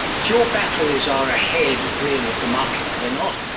but your batteries are ahead really of the market, are they not?